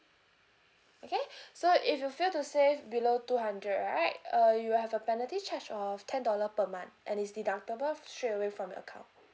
okay so if you fail to save below two hundred right uh you will have a penalty charge of ten dollar per month and is deductible straightaway from your account